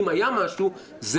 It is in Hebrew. אם היה משהו בדיון הזה בוועדה,